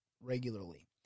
regularly